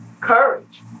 courage